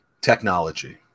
Technology